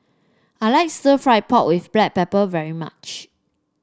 I like Stir Fried Pork with Black Pepper very much